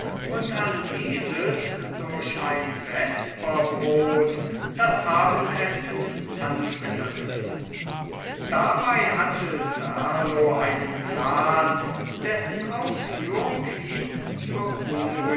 und an dieses durch ein vesperbrot das abendessen anknüpfen dabei hatte serlo einen plan dessen ausführung ihn